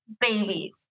babies